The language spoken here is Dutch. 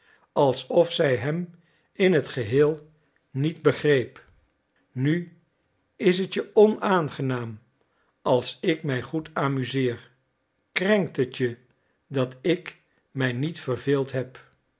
alsof zij hem in het geheel niet begreep nu is het je onaangenaam als ik mij goed amuseer krenkt het je dat k mij niet verveeld heb